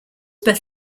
birth